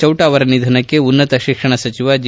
ಚೌಟ ಅವರ ನಿಧನಕ್ಕೆ ಉನ್ನತ ಶಿಕ್ಷಣ ಸಚಿವ ಜಿ